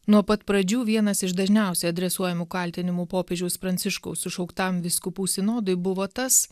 nuo pat pradžių vienas iš dažniausiai adresuojamų kaltinimų popiežiaus pranciškaus sušauktam vyskupų sinodui buvo tas